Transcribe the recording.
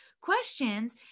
questions